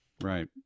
Right